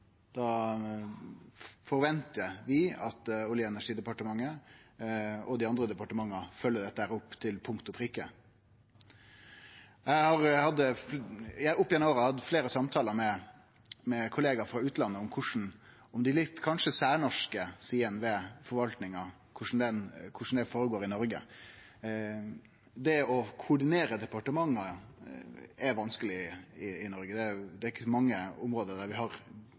Da forventar vi at Olje- og energidepartementet og dei andre departementa følgjer dette opp til punkt og prikke. Eg har opp igjennom åra hatt fleire samtalar med kollegaer frå utlandet om dei kanskje litt særnorske sidene ved forvaltninga og korleis det går føre seg i Noreg. Å koordinere departementa er vanskeleg i Noreg. Det er ikkje på så mange område vi har erfaring med god koordinering mellom departementa. Vi har